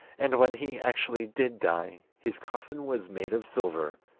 and when he actually did die, his coffin was made of silver,